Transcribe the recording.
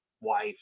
wife